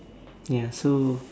ya so